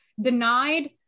denied